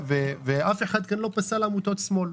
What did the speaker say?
אף אחד כאן לא פסל עמותות שמאל,